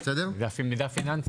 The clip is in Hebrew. גם עם שירותי מידע פיננסי.